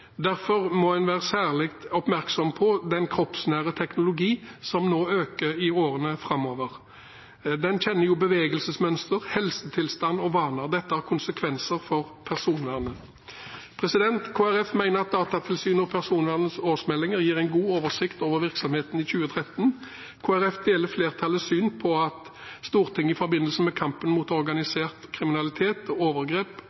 Derfor må en være særlig oppmerksom på at såkalt kroppsnær teknologi vil øke i årene framover. Den kjenner bevegelsesmønster, helsetilstand og vaner. Dette har konsekvenser for personvernet. Kristelig Folkeparti mener at Datatilsynets og Personvernnemndas årsmeldinger gir en god oversikt over virksomheten i 2013. Kristelig Folkeparti deler flertallets syn på at Stortinget i forbindelse med kampen mot organisert kriminalitet og overgrep